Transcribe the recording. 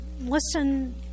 listen